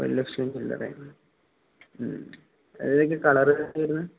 വ ലക്ഷൻ ചള്ളറായിരുന്നു ഏതൊക്കെ കളറ് വരുന്നേ